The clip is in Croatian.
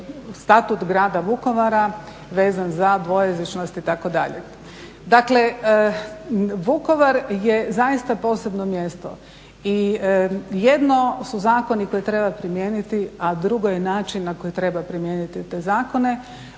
Statut grada Vukovara vezan za dvojezičnost itd. Dakle, Vukovar je zaista posebno mjesto i jedno su zakoni koje treba primijeniti a drugo je način na koji treba primijeniti te zakone.